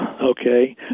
okay